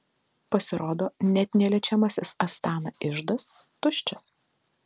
pasirodo net neliečiamasis astana iždas tuščias